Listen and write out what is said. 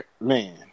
Man